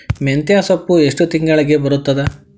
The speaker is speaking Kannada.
ಮೆಂತ್ಯ ಸೊಪ್ಪು ಎಷ್ಟು ತಿಂಗಳಿಗೆ ಬರುತ್ತದ?